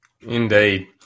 Indeed